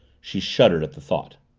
she shuddered at the thought.